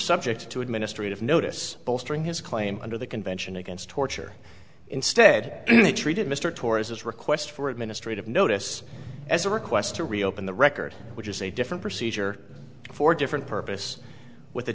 subject to administrative notice bolstering his claim under the convention against torture instead they treated mr torres as request for administrative notice as a request to reopen the record which is a different procedure for different purpose with a